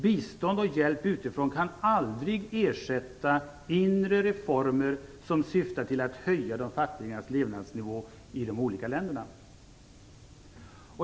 Bistånd och hjälp utifrån kan aldrig ersätta inre reformer som syftar till att höja de fattigas levnadsnivå i de olika länderna.